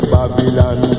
Babylon